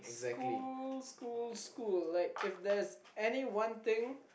school school school like if there's any one thing